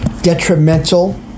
detrimental